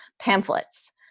pamphlets